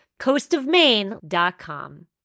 coastofmaine.com